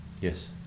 Yes